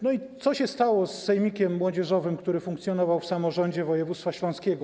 No i co się stało z sejmikiem młodzieżowym, który funkcjonował w samorządzie województwa śląskiego?